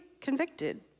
convicted